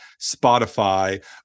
Spotify